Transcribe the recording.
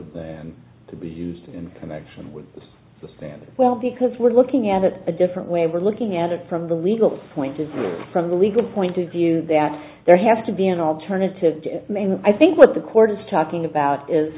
than to be used in connection with the standard well because we're looking at it a different way we're looking at it from the legal point is from a legal point of view that there has to be an alternative i think what the court is talking about is